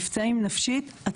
נפצעים נפשית.